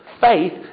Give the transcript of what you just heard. Faith